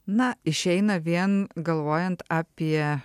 na išeina vien galvojant apie